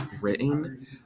written